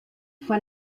fue